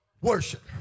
Worship